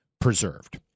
preserved